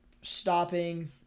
stopping